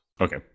Okay